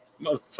Motherfucker